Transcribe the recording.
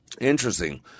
Interesting